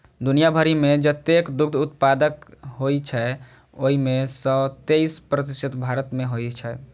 दुनिया भरि मे जतेक दुग्ध उत्पादन होइ छै, ओइ मे सं तेइस प्रतिशत भारत मे होइ छै